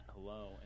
hello